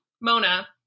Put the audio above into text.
Mona